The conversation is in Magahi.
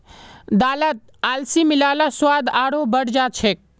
दालत अलसी मिला ल स्वाद आरोह बढ़ जा छेक